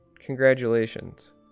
Congratulations